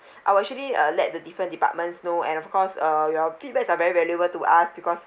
I will actually uh let the different departments know and of course uh your feedbacks are very valuable to us because